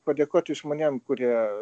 padėkoti žmonėm kurie